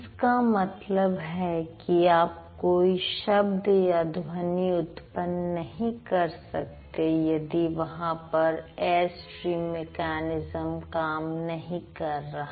इसका मतलब है कि आप कोई शब्द या ध्वनि उत्पन्न नहीं कर सकते यदि वहां पर एयरस्ट्रीम मेकैनिज्म काम नहीं कर रहा